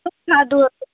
શું ખાધું હશે